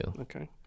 Okay